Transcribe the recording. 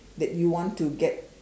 that you want to get